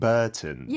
Burton